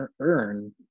earn